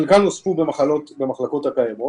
חלקן נוספו במחלקות הקיימות,